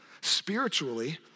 spiritually